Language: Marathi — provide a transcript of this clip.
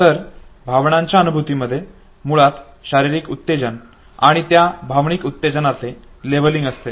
तर भावनांच्या अनुभूती मध्ये मुळात शारीरिक उत्तेजन आणि त्या भावनिक उत्तेजनाचे लेबलिंग असते